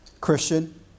Christian